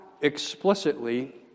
explicitly